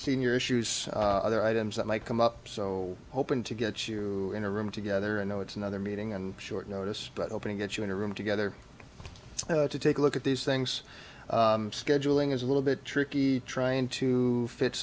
senior issues other items that might come up so hoping to get you in a room together and know it's another meeting and short notice but opening get you in a room together to take a look at these things scheduling is a little bit tricky trying to fi